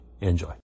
Enjoy